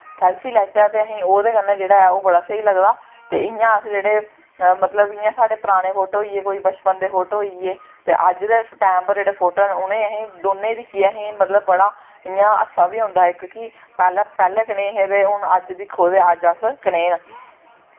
selfie लैच्चै ते असें ओह्दे कन्नै ओह् जेह्ड़ा बड़ा स्हेई लगदा ते इ'यां अस जेह्ड़े मतलब जि'यां साढ़े पराने फोटो होई गे कोई बचपन दे फोटो होई गे ते अज्ज दै टैम पर जेह्ड़े फोटो न उ'नें असें दोनें गी दिक्खियै बड़ा इ'यां हास्सा बी औंदा इक की पैह्लें कनेह् हे ते हून अज्ज दिक्खो ते अज्ज अस कनेह् न